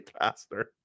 pastor